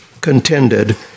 contended